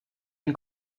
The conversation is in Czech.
jen